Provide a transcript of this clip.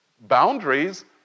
boundaries